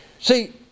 See